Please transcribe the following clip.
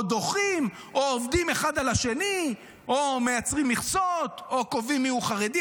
או דוחים או עובדים אחד על השני או מייצרים מכסות או קובעים מיהו חרדי,